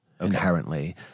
inherently